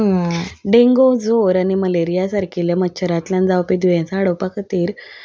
dengue जोर आनी malaria सारकिल्ल्या मच्छरांतल्यान जावपी दुयेंसा हाडोवपा खातीर